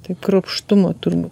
tai kruopštumo turbūt